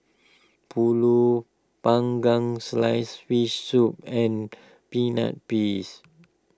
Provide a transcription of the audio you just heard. Pulut Panggang Sliced Fish Soup and Peanut Paste